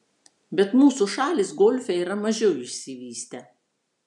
bet mūsų šalys golfe yra mažiau išsivystę